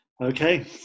Okay